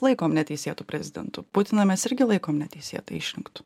laikom neteisėtu prezidentu putiną mes irgi laikome teisėtai išrinktu